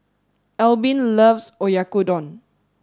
Albin loves Oyakodon